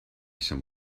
some